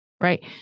right